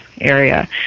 area